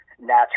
natural